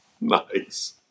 Nice